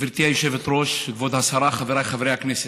גברתי היושבת-ראש, כבוד השרה, חבריי חברי הכנסת,